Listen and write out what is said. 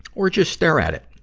or just stare at it.